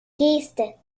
geste